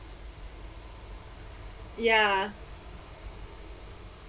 ya